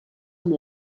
amb